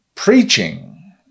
Preaching